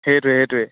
সেইটোৱে সেইটোৱে